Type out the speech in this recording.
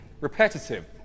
repetitive